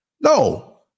no